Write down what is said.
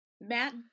Matt